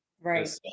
Right